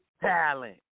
talent